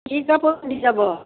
কি কাপোৰ পিন্ধি যাব